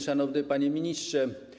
Szanowny Panie Ministrze!